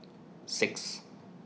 six